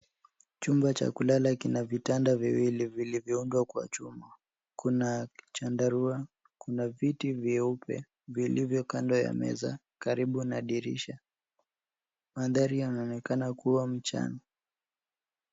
Chumba cha kulala kina vitanda viwili vilivyoundwa kwa chuma. Kuna chandarua, kuna viti vyeupe vilivyo kando ya meza karibu na dirisha. Mandhari yanaonekana kuwa mchana.